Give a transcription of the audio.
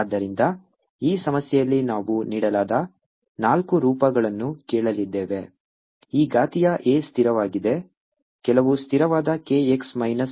ಆದ್ದರಿಂದ ಈ ಸಮಸ್ಯೆಯಲ್ಲಿ ನಾವು ನೀಡಲಾದ ನಾಲ್ಕು ರೂಪಗಳನ್ನು ಕೇಳಲಿದ್ದೇವೆ e ಘಾತೀಯ A ಸ್ಥಿರವಾಗಿದೆ ಕೆಲವು ಸ್ಥಿರವಾದ k x minus v t square ಒಂದು ರೂಪವಾಗಿದೆ